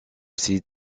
site